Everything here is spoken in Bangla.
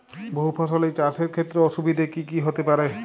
বহু ফসলী চাষ এর ক্ষেত্রে অসুবিধে কী কী হতে পারে?